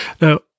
now